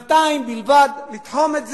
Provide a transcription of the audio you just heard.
שנתיים בלבד, לתחום את זה.